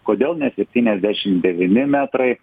kodėl ne septyniasdešim devyni metrai